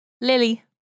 Lily